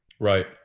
Right